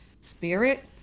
spirit